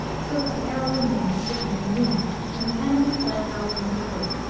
so that the arrow remained sticking in the wound, and the animal fled howling to the wood.